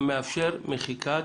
שמאפשר מחיקת